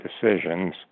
decisions